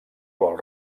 vol